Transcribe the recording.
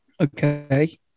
Okay